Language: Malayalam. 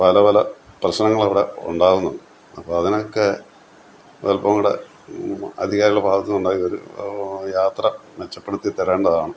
പല പല പ്രശ്നങ്ങൾ അവിടെ ഉണ്ടാവുന്നുണ്ട് അപ്പോള് അതിനൊക്കെ ഒരല്പം കൂടെ ഊ അധികാരികളുടെ ഭാഗത്തുനിന്ന് ഉണ്ടാവുന്നൊരു യാത്ര മെച്ചപ്പെടുത്തി തരേണ്ടതാണ്